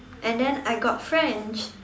and then I got French